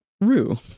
Rue